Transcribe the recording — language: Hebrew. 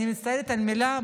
אני מצטערת על המילה,